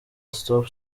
stop